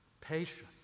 patience